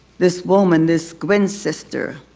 this woman this gwen sister,